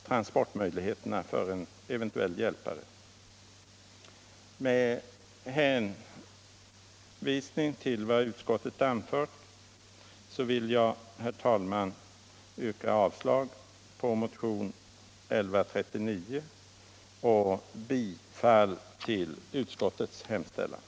Man skulle kunna tänka sig att Sverige kanaliserade en del av biståndet till denna verksamhet, kanske för autt öka kvoten av studenter från Östra Timor som ges utbildning för att på så vis bättre kunna utveckla sitt land.